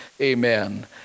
amen